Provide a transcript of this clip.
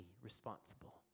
responsible